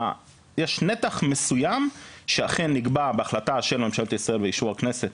יש נתח מסוים שאכן נקבע בהחלטה של ממשלת ישראל באישור הכנסת,